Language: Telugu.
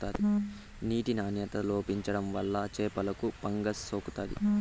నీటి నాణ్యత లోపించడం వల్ల చేపలకు ఫంగస్ సోకుతాది